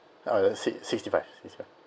uh si~ sixty five sixty five